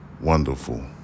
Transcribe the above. wonderful